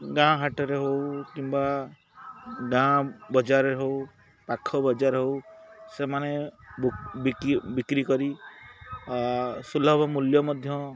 ଗାଁ ହାଟରେ ହଉ କିମ୍ବା ଗାଁ ବଜାରରେ ହଉ ପାଖ ବଜାର ହଉ ସେମାନେ ବିକି ବିକ୍ରି କରି ସୁଲଭ ମୂଲ୍ୟ ମଧ୍ୟ